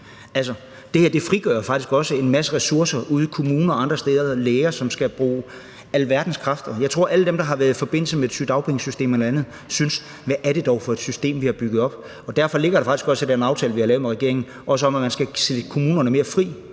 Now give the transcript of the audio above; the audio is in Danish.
det her frigør faktisk også en masse ressourcer ude i kommuner og andre steder og hos læger, som skal bruge alverdens kræfter. Jeg tror, at alle dem, der har været i forbindelse med et sygedagpengesystem eller andet, tænker: Hvad er det dog for et system, vi har bygget op? Og derfor ligger der også i den aftale, vi har lavet med regeringen, at man skal sætte kommunerne mere fri.